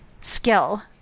skill